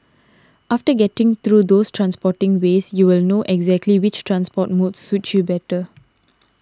after getting through those transporting ways you will know exactly which transport modes suit you better